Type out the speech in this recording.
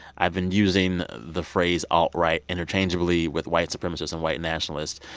i've been using the phrase alt-right interchangeably with white supremacists and white nationalists.